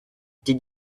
did